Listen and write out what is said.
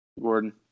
Gordon